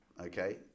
okay